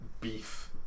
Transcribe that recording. beef